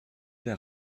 der